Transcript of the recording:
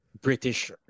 British